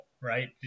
right